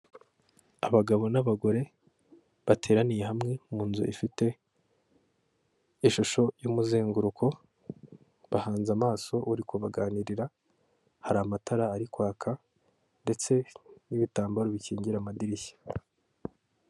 Abagabo n'abagore bateraniye hamwe mu nzu ifite ishusho y'umuzenguruko, bahanze amaso uri kubaganirira, hari amatara ari kwaka, ndetse n'ibitambaro bikingira amadirishya.